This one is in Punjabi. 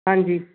ਹਾਂਜੀ